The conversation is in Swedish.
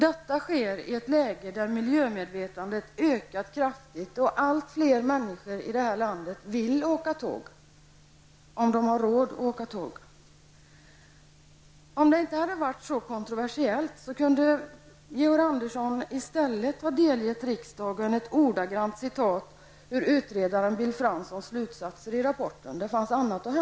Detta sker i ett läge där miljömedvetandet ökat kraftigt och allt fler människor i det här landet vill åka tåg -- om de har råd att åka tåg. Om det här inte hade varit så kontroversiellt kunde Georg Andersson i stället ha delgett riksdagen ett citat ur utredaren Bill Franssons slutsatser i dennes rapport.